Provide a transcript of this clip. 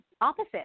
opposite